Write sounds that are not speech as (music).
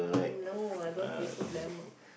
no I don't want to be so glamour (breath)